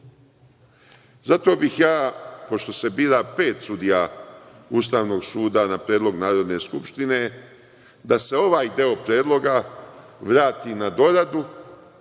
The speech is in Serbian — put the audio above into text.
bih ja, pošto se bira pet sudija Ustavnog suda na predlog Narodne skupštine da se ovaj deo predloga vrati na doradu,